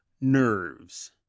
nerves